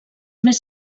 més